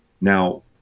Now